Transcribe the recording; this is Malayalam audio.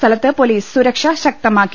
സ്ഥലത്ത് പൊലീസ് സുരക്ഷ ശക്തമാക്കി